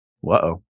whoa